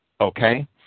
okay